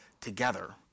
together